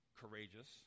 courageous